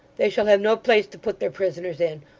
they shall have no place to put their prisoners in.